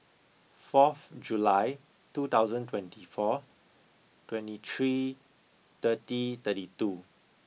fourth July two thousand and twenty four twenty three thirty thirty two